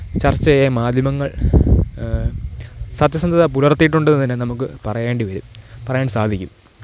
ചര്ച്ച ചെയ്യാന് മാധ്യമങ്ങള് സത്യസന്ധത പുലര്ത്തിയിട്ടുണ്ടെന്നുതന്നെ നമുക്ക് പറയേണ്ടി വരും പറയാന് സാധിക്കും